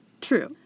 True